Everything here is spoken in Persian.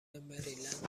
مریلند